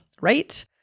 right